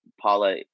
Paula